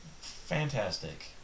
Fantastic